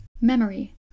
Memory